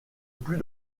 plus